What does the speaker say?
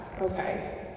okay